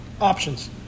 Options